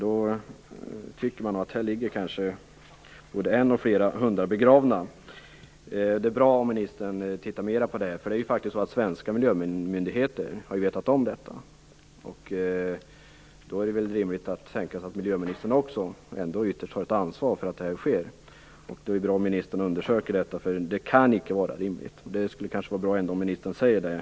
Här ligger kanske både en och flera hundar begravda. Det är bra om ministern tittar mer på detta. Det är ju faktiskt så att svenska miljömyndigheter har vetat om det. Då är det rimligt att miljöministern, som ytterst har ansvaret, undersöker saken. Detta kan inte vara en rimlig hantering, och det vore kanske bra om ministern sade det.